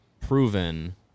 proven